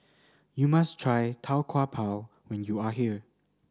you must try Tau Kwa Pau when you are here